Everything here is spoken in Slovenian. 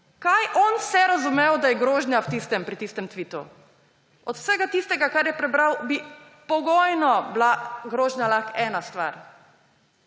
Kaj je on vse razumel, da je grožnja pri tistem tvitu?! Od vsega tistega, kar je prebral, bi pogojno lahko bila grožnja ena stvar.